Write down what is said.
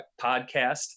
podcast